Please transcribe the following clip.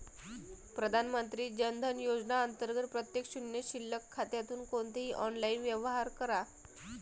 प्रधानमंत्री जन धन योजना अंतर्गत प्रत्येक शून्य शिल्लक खात्यातून कोणतेही ऑनलाइन व्यवहार करा